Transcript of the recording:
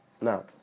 Now